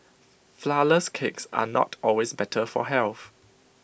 Flourless Cakes are not always better for health